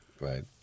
Right